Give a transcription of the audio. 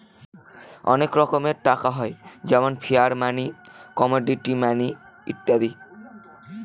অনেক রকমের টাকা হয় যেমন ফিয়াট মানি, কমোডিটি মানি ইত্যাদি